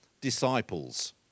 disciples